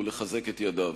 ולחזק את ידיו.